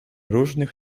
różnych